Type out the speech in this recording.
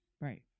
Right